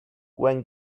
when